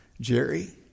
Jerry